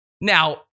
Now